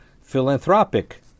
philanthropic